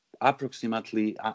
approximately